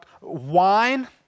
wine